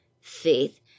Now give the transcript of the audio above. Faith